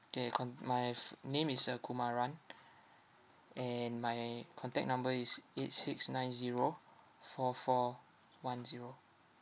okay con~ my f~ name is uh kumaran and my contact number is eight six nine zero four four one zero